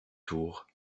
tour